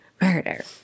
Murder